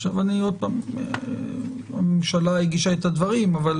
עכשיו אני, עוד פעם, הממשלה הגישה את הדברים, אבל